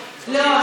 לא,